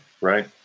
right